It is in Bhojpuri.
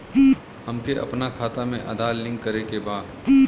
हमके अपना खाता में आधार लिंक करें के बा?